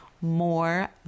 more